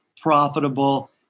profitable